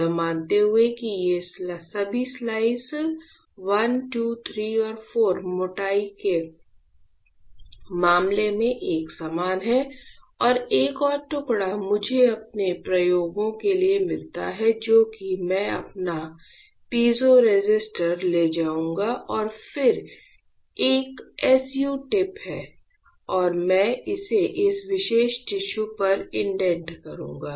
यह मानते हुए कि ये सभी स्लाइस I II III और IV मोटाई के मामले में एक समान हैं और एक और टुकड़ा मुझे अपने प्रयोगों के लिए मिलता है जो कि मैं अपना पीज़ोरेसिस्टर ले जाऊंगा और फिर एक SU टिप है और मैं इसे इस विशेष टिश्यू पर इंडेंट करूंगा